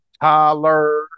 Tyler